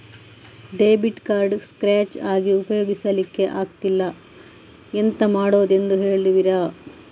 Debit card scratch ಆಗಿ ಉಪಯೋಗಿಸಲ್ಲಿಕ್ಕೆ ಆಗ್ತಿಲ್ಲ, ಎಂತ ಮಾಡುದೆಂದು ಹೇಳುವಿರಾ?